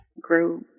grow